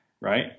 right